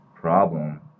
problem